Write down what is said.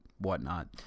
whatnot